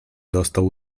dostał